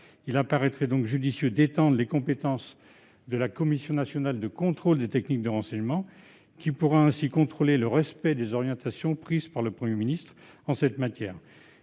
Il apparaîtrait donc judicieux d'étendre les compétences de la Commission nationale de contrôle des techniques de renseignement, qui pourra ainsi vérifier le respect des orientations prises par le Premier ministre en la matière.